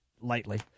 lightly